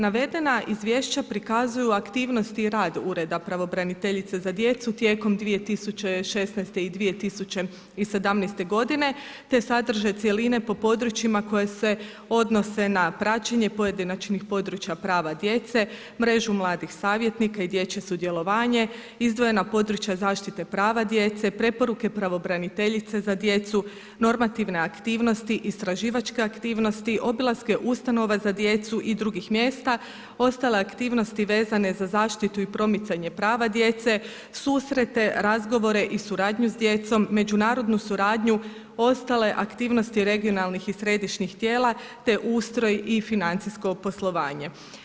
Navedena izvješća prikazuju aktivnosti rad ureda Pravobraniteljice za djecu, tijekom 2016. i 2017. g. te sadržaj cjeline po područjima koje se odnosi na praćenje pojedinačnih područja prava djece, mrežu mladih savjetnika i dječje sudjelovanje, izdvojena područja zaštita prava djece, preporuke pravobraniteljice za djecu, normativne aktivnosti, istraživačke aktivnosti, obilaske ustanove za djecu i drugih mjesta, ostale aktivnosti vezanih za zaštitu i promicanje prava djece, susrete, razgovore i suradnju s djecom, međunarodnu suradnju, ostale aktivnosti regionalnih i središnjih tijela, te ustroj i financijsko poslovanje.